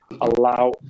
allow